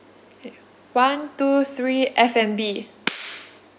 K one two three F&B